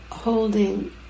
holding